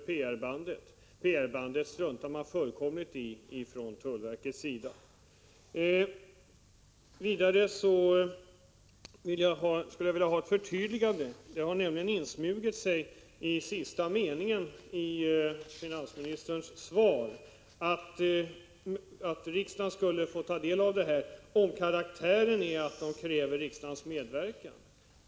PR-bandet struntar tydligen tullverket fullständigt i. Vidare skulle jag vilja ha ett förtydligande. Det har nämligen insmugit sig i den sista meningen av finansministerns svar att riksdagen skulle få ta del av förslag till organisatoriska förändringar om dessa är ”av den karaktären att de kräver riksdagens medverkan”.